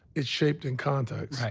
it's shaped in context. right.